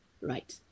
Right